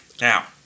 now